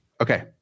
Okay